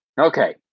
Okay